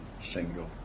single